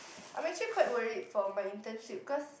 I'm actually quite worried for my internship cause